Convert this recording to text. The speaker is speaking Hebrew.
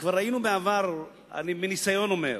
וכבר ראינו בעבר, אני מניסיון אומר,